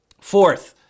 fourth